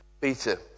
Peter